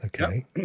Okay